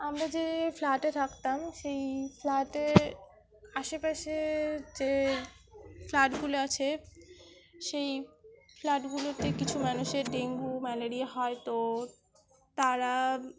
আমরা যে ফ্ল্যাটে থাকতাম সেই ফ্ল্যাটে আশেপাশে যে ফ্ল্যাটগুলো আছে সেই ফ্ল্যাটগুলোতে কিছু মানুষের ডেঙ্গু ম্যালেরিয়া হয় তো তারা